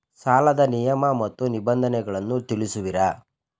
ಸಾಲದ ನಿಯಮ ಮತ್ತು ನಿಬಂಧನೆಗಳನ್ನು ತಿಳಿಸುವಿರಾ?